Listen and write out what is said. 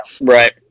Right